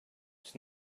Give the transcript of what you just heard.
was